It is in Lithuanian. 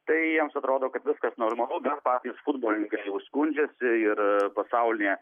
tai jiems atrodo kad viskas normalu bet patys futbolininkai jau skundžiasi ir pasaulinė